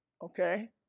Okay